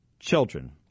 Children